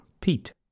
Pete